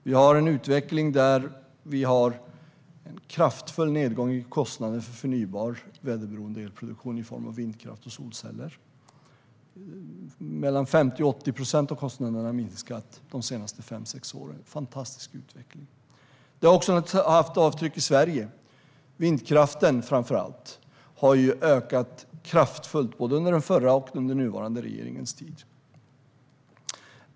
Vi har en utveckling med kraftfull nedgång i kostnaderna för förnybar väderberoende elproduktion i form av vindkraft och solceller. Kostnaderna har minskat med mellan 50 och 80 procent de senaste fem sex åren - en fantastisk utveckling. Detta har också gett avtryck i Sverige. Framför allt vindkraften har ökat kraftigt under både den förra och den nuvarande regeringens tid.